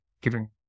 giving